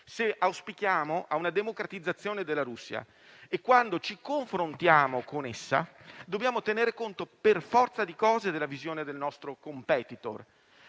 se auspichiamo una democratizzazione della Russia. E, quando ci confrontiamo con essa, dobbiamo tenere conto per forza di cose della visione del nostro *competitor.*